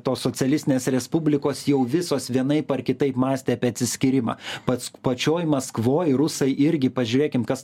to socialistinės respublikos jau visos vienaip ar kitaip mąstė apie atsiskyrimą pats pačioj maskvoj rusai irgi pažiūrėkim kas